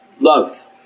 love